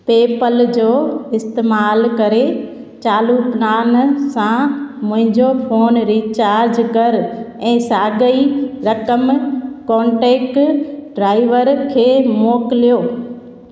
पे पल जो इस्तेमालु करे चालू प्लान सां मुंहिंजो फ़ोन रीचार्ज कर ऐं साॻी रक़म कोन्टेक्ट ड्राइवर खे मोकिलियो